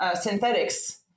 synthetics